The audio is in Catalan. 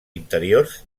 interiors